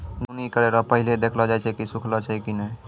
दौनी करै रो पहिले देखलो जाय छै सुखलो छै की नै